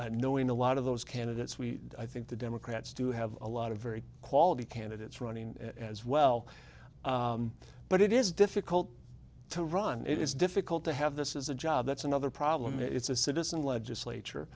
knowing a lot of those candidates we i think the democrats do have a lot of very quality candidates running as well but it is difficult to run it is difficult to have this is a job that's another problem it's a citizen